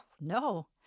no